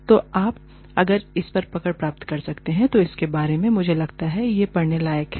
तो अगर आप इस पर पकड़ प्राप्त कर सकते हैं इसके बारे में मुझे लगता है यह पढ़ने लायक है